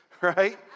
right